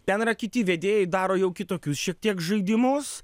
ten yra kiti vedėjai daro jau kitokius šiek tiek žaidimus